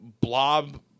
blob